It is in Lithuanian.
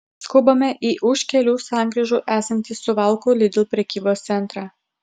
skubame į už kelių sankryžų esantį suvalkų lidl prekybos centrą